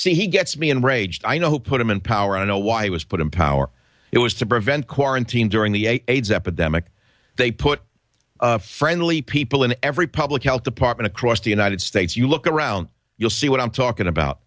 say he gets me in a rage i know put him in power i know why he was put in power it was to prevent quarantine during the aids epidemic they put friendly people in every public health department across the united states you look around you'll see what i'm talking about